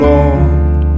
Lord